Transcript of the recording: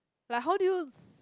like how do you